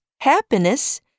happiness